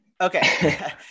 Okay